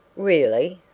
really?